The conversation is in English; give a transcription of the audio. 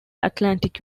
atlantic